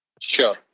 Sure